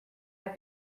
have